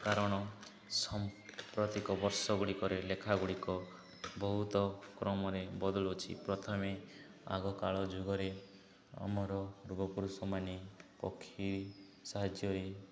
କାରଣ ସାମ୍ପ୍ରତିକ ବର୍ଷ ଗୁଡ଼ିକରେ ଲେଖା ଗୁଡ଼ିକ ବହୁତ କ୍ରମରେ ବଦଳୁଛି ପ୍ରଥମେ ଆଗ କାଳ ଯୁଗରେ ଆମର ଯୁଗପୁରୁଷ ମାନେ ପକ୍ଷୀ ସାହାଯ୍ୟରେ